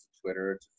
Twitter